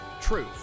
Truth